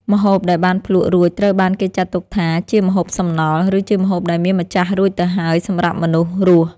ម្ហូបដែលបានភ្លក្សរួចត្រូវបានគេចាត់ទុកថា ជាម្ហូបសំណល់ ឬជាម្ហូបដែលមានម្ចាស់រួចទៅហើយសម្រាប់មនុស្សរស់។